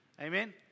amen